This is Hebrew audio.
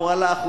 הוא הלך,